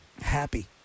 Happy